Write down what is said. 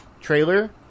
Trailer